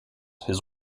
his